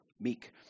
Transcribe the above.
meek